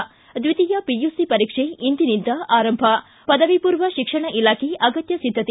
ು ದ್ವಿತೀಯ ಪಿಯುಸಿ ಪರೀಕ್ಷೆ ಇಂದಿನಿಂದ ಆರಂಭ ಪದವಿ ಪೂರ್ವ ಶಿಕ್ಷಣ ಇಲಾಖೆ ಅಗತ್ಯ ಸಿದ್ಧತೆ